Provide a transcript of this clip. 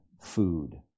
food